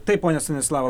taip ponia stanislava